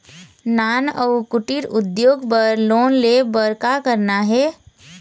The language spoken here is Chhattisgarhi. नान अउ कुटीर उद्योग बर लोन ले बर का करना हे?